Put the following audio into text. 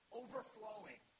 overflowing